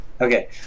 Okay